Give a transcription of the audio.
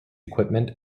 equipment